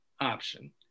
option